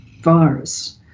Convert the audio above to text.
virus